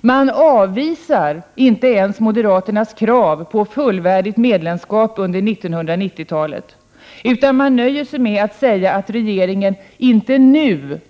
Man avvisar inte ens moderaternas krav på fullvärdigt medlemskap under 1990-talet, utan man nöjer sig med att säga att regeringen inte nu